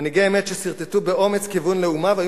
מנהיגי אמת שסרטטו באומץ כיוון לאומה והיו